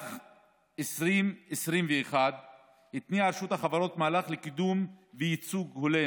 במהלך 2021 התניעה רשות החברות מהלך לקידום ייצוג הולם